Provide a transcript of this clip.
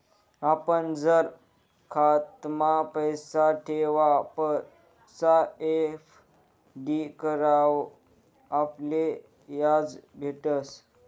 आपण जर खातामा पैसा ठेवापक्सा एफ.डी करावर आपले याज भेटस